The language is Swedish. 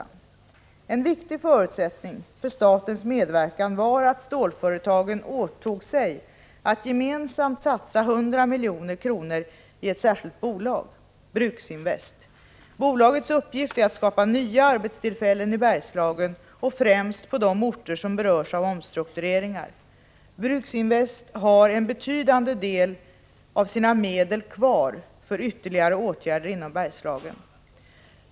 En viktig förutsättning för statens medverkan var att stålföretagen åtog sig att gemensamt satsa 100 milj.kr. i ett särskilt bolag, Bruksinvest. Bolagets uppgift är att skapa nya arbetstillfällen i Bergslagen och främst på de orter som berörs av omstruktureringar. Bruksinvest har en betydande del av sina medel kvar för ytterligare åtgärder inom Bergslagen.